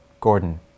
Gordon